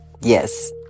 yes